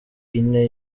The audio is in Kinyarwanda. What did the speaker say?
ine